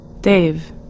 Dave